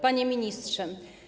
Panie Ministrze!